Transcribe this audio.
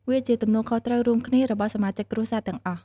វាជាទំនួលខុសត្រូវរួមគ្នារបស់សមាជិកគ្រួសារទាំងអស់។